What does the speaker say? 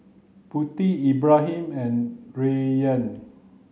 Putri Ibrahim and Rayyan